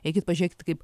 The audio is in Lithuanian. eikit pažiūrėkit kaip